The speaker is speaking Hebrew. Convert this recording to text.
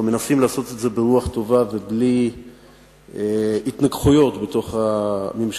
אנחנו מנסים לעשות את זה ברוח טובה ובלי התנגחויות בתוך הממשלה,